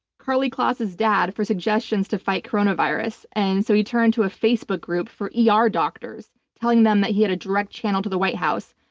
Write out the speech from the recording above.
karlie kloss' dad for suggestions to fight coronavirus, and so he turned to a facebook group for yeah ah er doctors telling them that he had a direct channel to the white house.